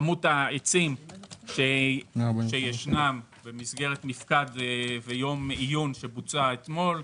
כמות העצים, במסגרת מיפקד ויום עיון שנערך אתמול,